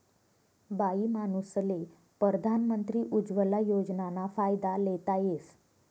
बाईमानूसले परधान मंत्री उज्वला योजनाना फायदा लेता येस